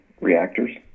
reactors